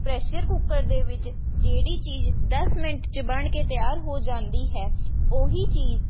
pressure cooker ਦੇ ਵਿੱਚ ਜਿਹੜੀ ਚੀਜ਼ ਦਸ ਮਿੰਟ 'ਚ ਬਣ ਕੇ ਤਿਆਰ ਹੋ ਜਾਂਦੀ ਹੈ ਉਹੀ ਚੀਜ਼